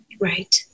Right